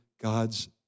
God's